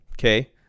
okay